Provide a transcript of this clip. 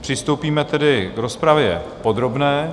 Přistoupíme tedy k rozpravě podrobné.